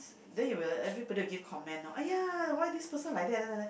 then you will everybody will give comment loh !aiya! why this person like that